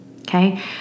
okay